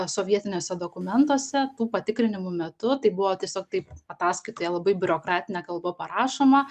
sovietiniuose dokumentuose tų patikrinimų metu tai buvo tiesiog taip ataskaitoje labai biurokratine kalba parašoma